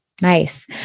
Nice